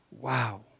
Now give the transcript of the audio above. Wow